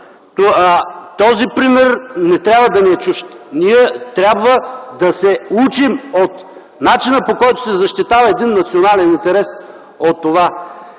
Този пример не трябва да ни е чужд. Ние трябва да се учим от начина, по който се защитава един национален интерес от това.